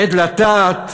עת לטעת,